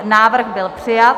Návrh byl přijat.